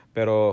Pero